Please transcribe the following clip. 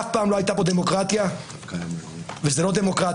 אף פעם לא הייתה פה דמוקרטיה, וזאת לא דמוקרטיה.